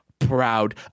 proud